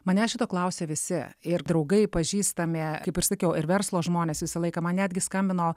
manęs šito klausia visi ir draugai pažįstami kaip ir sakiau ir verslo žmonės visą laiką man netgi skambino